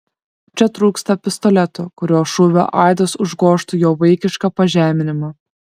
čia trūksta pistoleto kurio šūvio aidas užgožtų jo vaikišką pažeminimą